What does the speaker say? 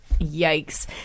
Yikes